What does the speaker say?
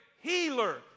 healer